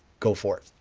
go for it.